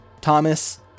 Thomas